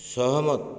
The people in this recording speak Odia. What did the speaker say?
ସହମତ